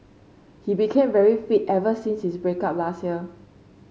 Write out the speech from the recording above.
he became very fit ever since his break up last year